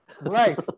Right